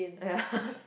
ya